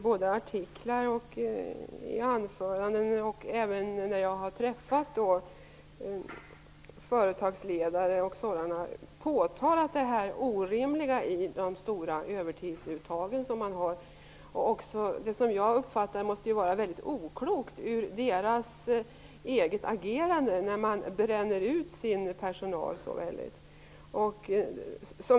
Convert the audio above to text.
Både i artiklar och i anföranden och även när jag har träffat företagsledare har jag ofta påtalat det orimliga i de stora övertidsuttagen, som jag uppfattar måste vara någonting väldigt oklokt i företagens eget agerande, när de bränner ut sin personal.